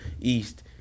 East